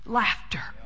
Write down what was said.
laughter